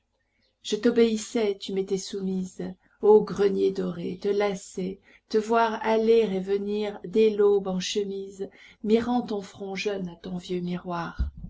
je t'obéissais tu m'étais soumise ô grenier doré te lacer te voir aller et venir dès l'aube en chemise mirant ton front jeune à ton vieux miroir